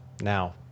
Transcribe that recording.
Now